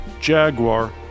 Jaguar